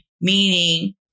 Meaning